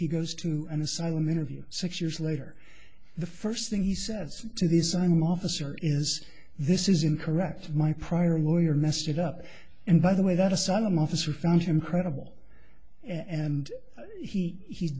he goes to an asylum interview six years later the first thing he says to these i'm officer is this is incorrect my prior lawyer messed it up and by the way that asylum officer found him credible and he